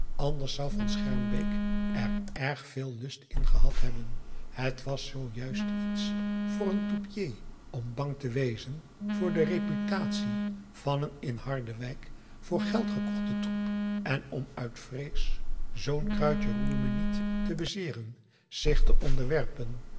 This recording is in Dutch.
anders zou van schermbeek er erg veel lust in gehad hebben het was juist zoo iets voor een troupier om bang te wezen voor de reputatie van een in harderwijk voor geld gekochten troep en om uit vrees zoo'n kruidje roer me niet te bezeeren zich te onderwerpen